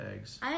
eggs